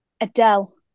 Adele